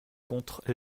contre